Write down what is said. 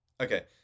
Okay